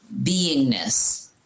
beingness